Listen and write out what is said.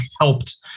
helped